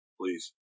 please